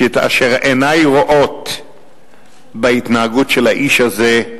שאת אשר עיני רואות בהתנהגות של האיש הזה,